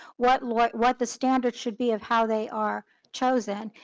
what like what the standard should be of how they are chosen,